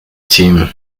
team